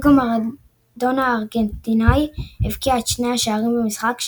דייגו מראדונה הארגנטינאי הבקיע את שני השערים במשחק,